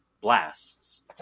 blasts